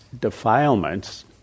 defilements